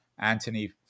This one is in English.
Anthony